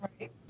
Right